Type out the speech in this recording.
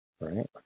right